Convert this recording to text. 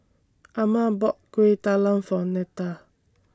Ama bought Kueh Talam For Neta